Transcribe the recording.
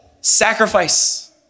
sacrifice